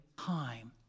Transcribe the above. time